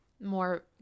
more